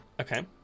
okay